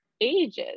ages